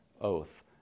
Oath